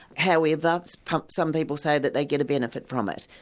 however um some people say that they get a benefit from it.